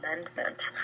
amendment